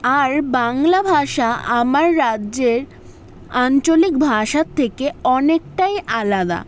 আর বাংলা ভাষা আমার রাজ্যের আঞ্চলিক ভাষার থেকে অনেকটাই আলাদা